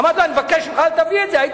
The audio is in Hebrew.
אמרתי לו: אני מבקש ממך, אל תביא את זה.